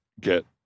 get